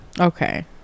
okay